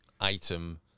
item